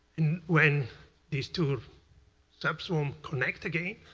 when these two subswarm connect again,